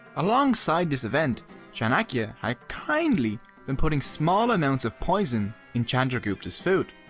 alongside this event chanakya had kindly been putting small amounts of poison in chandragupta's food.